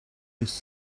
was